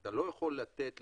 אתה לא יכול לתת